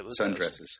Sundresses